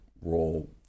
role